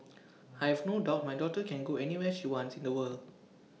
I have no doubt my daughter can go anywhere she wants in the world